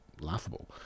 laughable